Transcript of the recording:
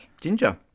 Ginger